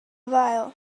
while